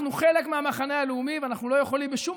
אנחנו חלק מהמחנה הלאומי ואנחנו לא יכולים בשום